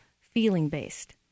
feeling-based